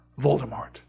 Voldemort